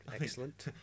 excellent